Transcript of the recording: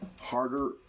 harder